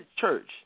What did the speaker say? church